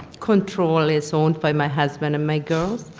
control is owned by my husband and my girls.